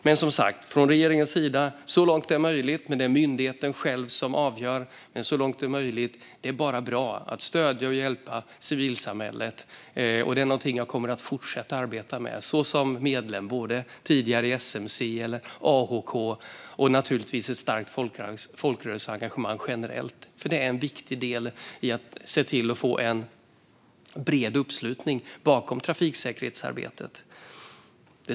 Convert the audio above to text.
Men som sagt från regeringens sida: Det är myndigheten själv som avgör, men så långt det är möjligt är det bara bra att stödja och hjälpa civilsamhället. Det är något jag kommer att fortsätta arbeta med, både som medlem i MSC tidigare och i AHK nu och med ett starkt folkrörelseengagemang generellt. Det är en viktig del i att få bred uppslutning bakom trafiksäkerhetsarbetet.